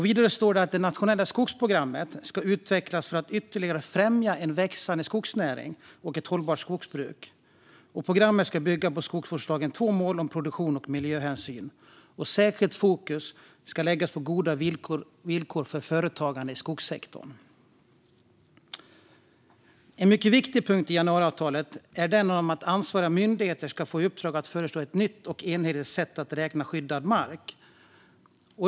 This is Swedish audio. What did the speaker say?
Vidare står det att det nationella skogsprogrammet ska utvecklas för att ytterligare främja en växande skogsnäring och ett hållbart skogsbruk. Programmet ska bygga på skogsvårdslagens två mål om produktion och miljöhänsyn. Särskilt fokus ska läggas på goda villkor för företagande i skogssektorn. En mycket viktig punkt i januariavtalet är den om att ansvariga myndigheter ska få i uppdrag att föreslå ett nytt och enhetligt sätt att räkna skyddad mark.